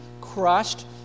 crushed